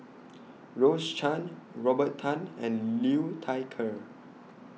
Rose Chan Robert Tan and Liu Thai Ker